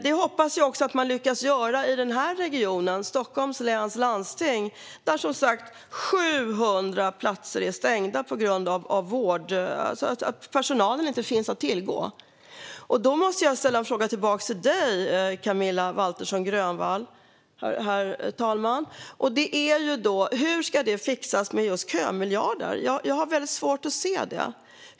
Jag hoppas att man också lyckas göra detta i den här regionen, Stockholms läns landsting, där 700 platser som sagt är stängda på grund av att personal inte finns att tillgå. Jag måste, herr talman, ställa en fråga tillbaka till Camilla Waltersson Grönvall: Hur ska detta fixas med kömiljarder? Jag har väldigt svårt att se det.